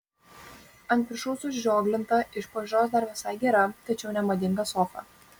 ant viršaus užrioglinta iš pažiūros dar visai gera tačiau nemadinga sofa